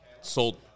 sold